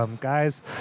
guys